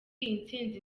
intsinzi